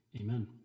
Amen